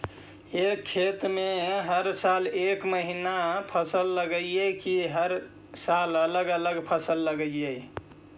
एक खेत में हर साल एक महिना फसल लगगियै कि हर साल अलग अलग फसल लगियै?